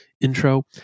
intro